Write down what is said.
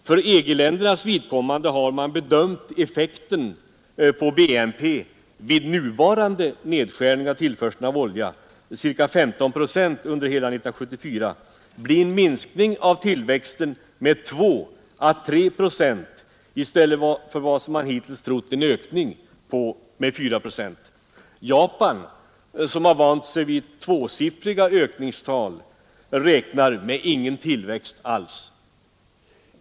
För EG-ländernas vidkommande har man bedömt effekten på BNP vid nuvarande nedskärning av tillförseln av olja, ca 15 procent under hela 1974, bli en minskning av tillväxten med 2 å 3 procent i stället för en ökning med 4 procent som man hittills räknat med. Japan, som har vant sig vid tvåsiffriga ökningstal, räknar med ingen tillväxt alls.